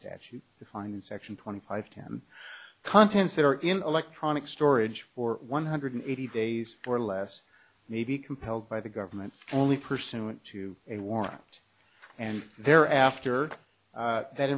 statute defined in section twenty five him contents that are in electronic storage for one hundred eighty days or less may be compelled by the government only person went to a warrant and there after that